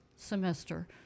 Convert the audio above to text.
Semester